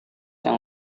yang